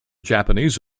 japanese